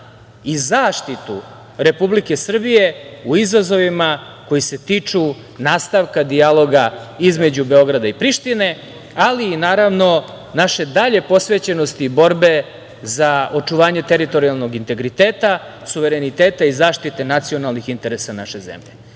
i zaštitu Republike Srbije u izazovima koji se tiču nastavka dijaloga između Beograda i Prištine, ali, naravno, i naše dalje posvećenosti borbi za očuvanje teritorijalnog integriteta, suvereniteta i zaštite nacionalnih interesa naše zemlje. Dakle,